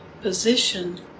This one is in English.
position